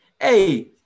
hey